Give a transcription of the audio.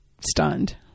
stunned